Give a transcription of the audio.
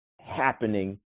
happening